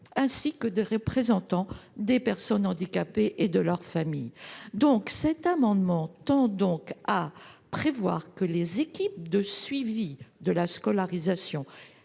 ainsi que des représentants des personnes handicapées et de leur famille. Cet amendement tend donc à prévoir que les équipes de suivi de la scolarisation